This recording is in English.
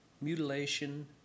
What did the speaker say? mutilation